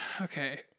okay